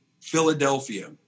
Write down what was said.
Philadelphia